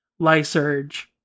Lysurge